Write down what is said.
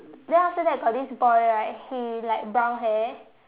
then after that got this boy right he like brown hair